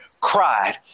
cried